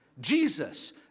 Jesus